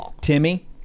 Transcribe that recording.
Timmy